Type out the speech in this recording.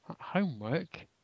Homework